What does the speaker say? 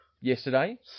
yesterday